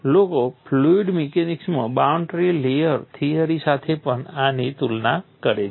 લોકો ફ્લુઇડ મિકેનિક્સમાં boundary layer theory સાથે પણ આની તુલના કરે છે